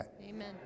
amen